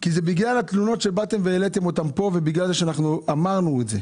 זה בגלל התלונות שהעליתם כאן ובגלל שאמרנו את זה,